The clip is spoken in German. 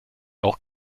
auch